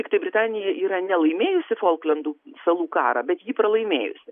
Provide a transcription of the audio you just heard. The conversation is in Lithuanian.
tiktai britanija yra ne laimėjusi folklendų salų karą bet jį pralaimėjusi